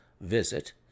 visit